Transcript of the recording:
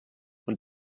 und